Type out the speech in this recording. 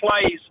plays